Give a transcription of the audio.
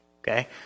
Okay